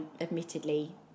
admittedly